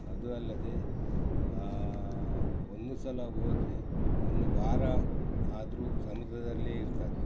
ಅದೂ ಅಲ್ಲದೆ ಒಂದು ಸಲ ಹೋದ್ರೆ ಒಂದು ವಾರ ಆದರೂ ಸಮುದ್ರದಲ್ಲೇ ಇರ್ತಾರೆ